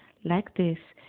like this,